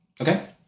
okay